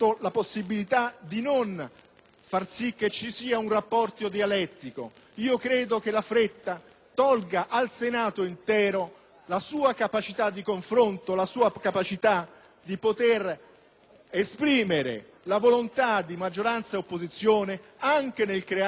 che non vi sia un rapporto dialettico. Credo che la fretta tolga al Senato intero la sua capacità di confronto, la sua capacità di poter esprimere la volontà di maggioranza e opposizione anche nel creare condizioni di sinergia.